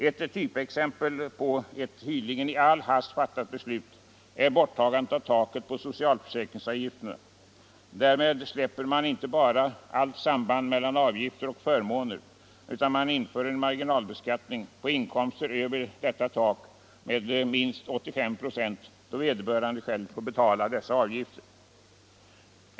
Ett typexempel på ett tydligen i all hast fattat beslut är borttagandet av taket på socialförsäkringsavgifterna. Därmed släpper man inte bara allt samband mellan avgifter och förmåner, utan man inför en marginalbeskattning på inkomster över detta tak med minst 85 96, då vederbörande själv får betala dessa avgifter.